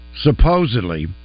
Supposedly